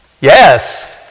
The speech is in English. Yes